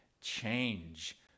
change